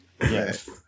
Yes